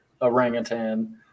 orangutan